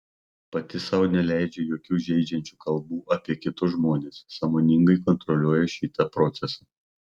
pati sau neleidžiu jokių žeidžiančių kalbų apie kitus žmones sąmoningai kontroliuoju šitą procesą